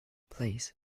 please